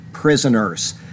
Prisoners